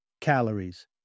Calories